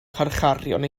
carcharorion